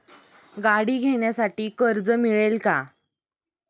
गाडी घेण्यासाठी कर्ज मिळेल का?